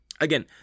Again